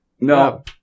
No